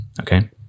okay